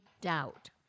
doubt